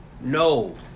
no